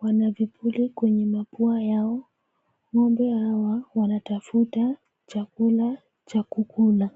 wana vipuli kwenye mapua yao, Ngombe hawa wanatafuta chakula cha kukula.